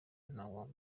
ntabwo